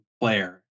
player